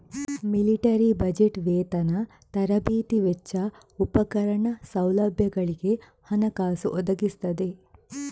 military budget ವೇತನ, ತರಬೇತಿ ವೆಚ್ಚ, ಉಪಕರಣ, ಸೌಲಭ್ಯಗಳಿಗೆ ಹಣಕಾಸು ಒದಗಿಸ್ತದೆ